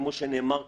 כמו שנאמר כאן,